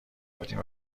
بودیم